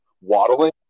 waddling